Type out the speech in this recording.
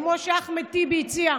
כמו שאחמד טיבי הציע,